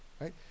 Right